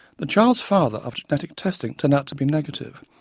the child's father after genetic testing turned out to be negative,